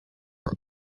rock